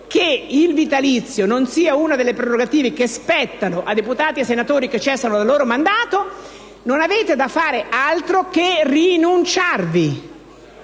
che il vitalizio non sia una delle prerogative che spettano a deputati e senatori che cessano dal loro mandato, non avete da fare altro che ri-nun-ciar-vi.